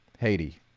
haiti